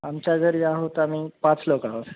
आमच्या घरी आहोत आम्ही पाच लोक आहो